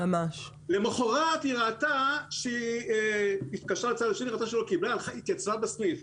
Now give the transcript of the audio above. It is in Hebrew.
למוחרת היא ראתה שלא קיבלה ולכן התייצבה בסניף.